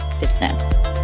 business